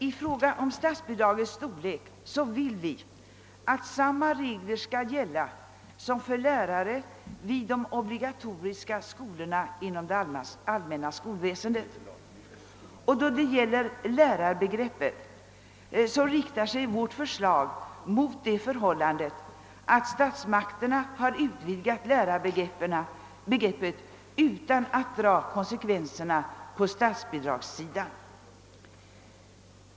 I fråga om statsbidragets storlek vill vi att samma regler skall gälla som för lärare vid de obligatoriska skolorna inom det allmänna skolväsendet. När det gäller lärarbegreppet riktar sig vårt förslag mot det förhållandet, att statsmakterna har utvidgat lärarbegreppet utan att dra konsekvenserna härav på stats bidragssidan.